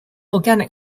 organic